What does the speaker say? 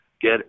get